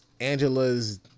Angela's